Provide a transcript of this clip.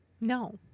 No